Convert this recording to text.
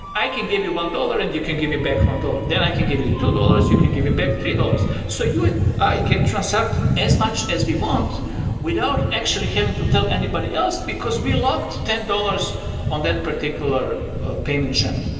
i can give you one dollars and you can give me back one dollars. then i can give you two dollars. you can give me back three dollars. so you and i can transact as much as we want without actually having to tell anybody else, because we locked ten dollars on that particular payment channel,